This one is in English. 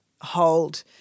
hold